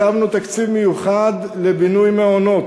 הקצבנו תקציב מיוחד לבינוי מעונות,